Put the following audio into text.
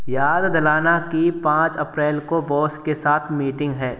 याद दिलाना कि पाँच अप्रैल को बॉस के साथ मीटिंग है